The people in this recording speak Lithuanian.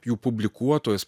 jų publikuotojas